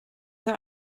that